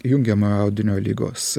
jungiamojo audinio ligos